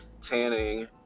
tanning